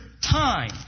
time